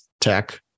tech